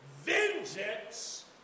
Vengeance